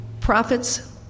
prophets